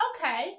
Okay